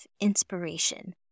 inspiration